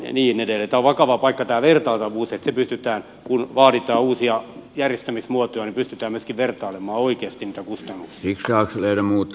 tämä on vakava paikka tämä vertailtavuus että kun vaaditaan uusia järjestämismuotoja niin pystytään myöskin vertailemaan oikeasti niitä kustannuksia